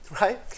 right